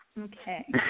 Okay